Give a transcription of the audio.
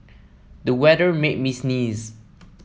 the weather made me sneeze